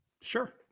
Sure